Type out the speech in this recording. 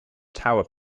tower